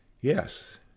Yes